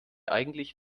eigentlich